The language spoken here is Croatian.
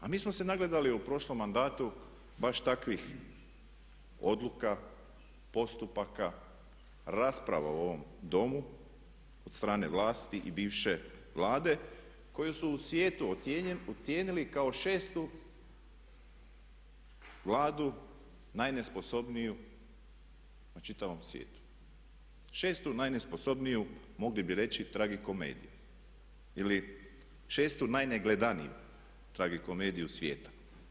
A mi smo se nagledali u prošlom mandatu baš takvih odluka, postupaka, rasprava u ovom Domu od strane vlasti i bivše Vlade koji su u svijetu ocijenili kao šestu Vladu naj nesposobniju u čitavom svijetu, šestu naj nesposobniju mogli bi reći tragikomediju ili šestu naj negledaniju tragikomediju svijeta.